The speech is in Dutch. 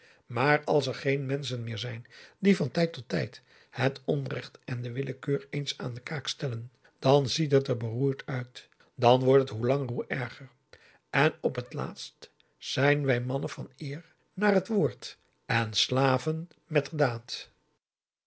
maar als er geen menschen meer zijn die van tijd tot tijd het onrecht en de willekeur eens aan de kaak stellen dan ziet het er beroerd uit dan wordt het hoe langer hoe erger en op t laatst zijn wij mannen van eer naar het woord en